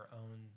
own